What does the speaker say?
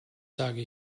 sage